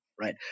Right